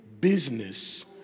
business